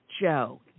Joe